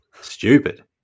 stupid